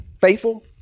faithful